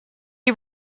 was